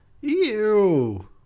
Ew